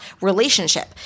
relationship